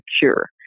cure